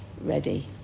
ready